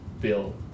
bill